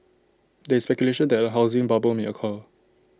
there is speculation that A housing bubble may occur